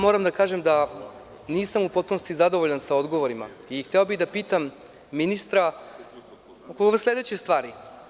Moram da kažem da nisam u potpunosti zadovoljan sa odgovorima i hteo bih da pitam ministra oko ove sledeće stvari.